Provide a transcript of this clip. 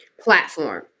platform